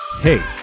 Hey